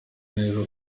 neza